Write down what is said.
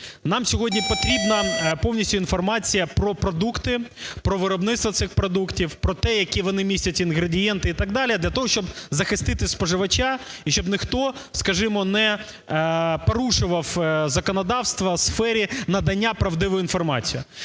Нам сьогодні потрібна повністю інформація про продукти, про виробництво цих продуктів, про те, які вони містять інгредієнти і так далі, для того, щоб захистити споживача. І щоб ніхто, скажімо, не порушував законодавство у сфері надання правдивої інформації.